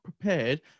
prepared